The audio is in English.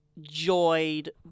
joyed